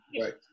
right